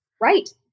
Right